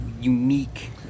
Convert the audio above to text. unique